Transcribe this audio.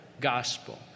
gospel